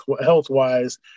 health-wise